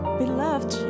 beloved